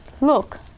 look